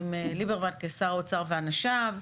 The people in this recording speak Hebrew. עם ליברמן כשר אוצר ואנשיו,